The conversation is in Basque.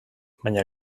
baina